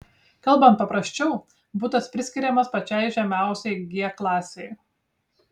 kalbant paprasčiau butas priskiriamas pačiai žemiausiai g klasei